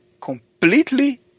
completely